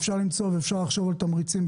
ואפשר למצוא ואפשר לחשוב על תמריצים,